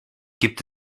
gibt